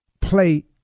play